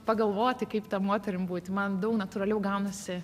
pagalvoti kaip ta moterim būt man daug natūraliau gaunasi